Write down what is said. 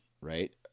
right